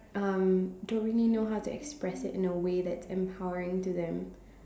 um don't really know how to express it in a way that's empowering to them